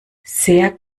sehr